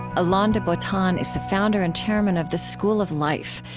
alain de botton is the founder and chairman of the school of life,